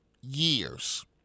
years